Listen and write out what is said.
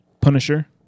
Punisher